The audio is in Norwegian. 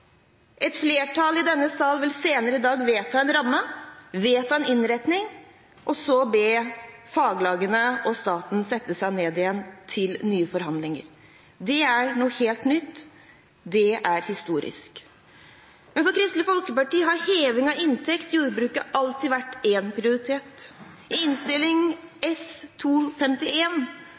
denne sal vil senere i dag vedta en ramme, vedta en innretning, og så be faglagene og staten sette seg ned igjen til nye forhandlinger. Det er noe helt nytt. Det er historisk. For Kristelig Folkeparti har heving av inntekt i jordbruket alltid vært en prioritet. I Innst. 251 S